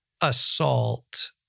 assault